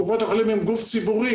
קופות החולים הן גוף ציבורי.